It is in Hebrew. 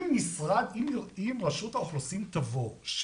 אם משרד הפנים ורשות האוכלוסין תבוא,